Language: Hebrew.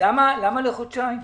למה לחודשיים?